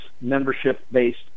membership-based